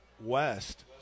West